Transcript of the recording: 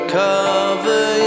cover